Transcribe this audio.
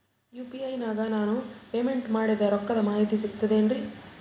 UPI ನಾಗ ನಾನು payment ಮಾಡಿದ ರೊಕ್ಕದ ಮಾಹಿತಿ ಸಿಕ್ತಾತೇನ್ರೀ?